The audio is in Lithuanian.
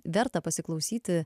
verta pasiklausyti